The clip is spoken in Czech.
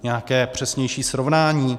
Nějaké přesnější srovnání?